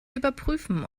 überprüfen